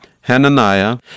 Hananiah